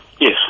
yes